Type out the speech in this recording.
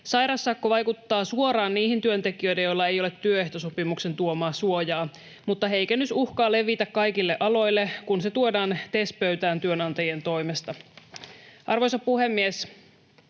Sairassakko vaikuttaa suoraan niihin työntekijöihin, joilla ei ole työehtosopimuksen tuomaa suojaa, mutta heikennys uhkaa levitä kaikille aloille, kun se tuodaan TES-pöytään työnantajien toimesta. Arvoisa puhemies!